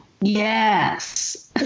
Yes